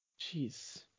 Jeez